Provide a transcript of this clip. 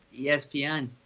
ESPN